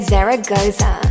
Zaragoza